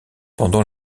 pendant